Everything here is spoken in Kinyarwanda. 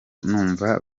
numva